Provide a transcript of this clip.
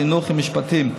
החינוך והמשפטים.